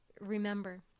remember